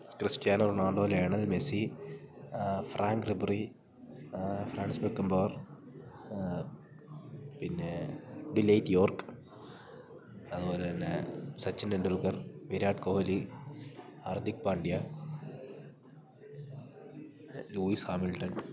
Cristiano Ronaldo Lionel Messi Franck Ribery Franz Beckenbauer പിന്നെ ഡിലൈറ്റ് Yorke അതുപോലെ തന്നെ സച്ചിൻ തെണ്ടുൽക്കർ വിരാട് കൊഹ്ലി ഹർദ്ദിക് പാണ്ട്യ ലൂയിസ് ഹാമിൽട്ടൺ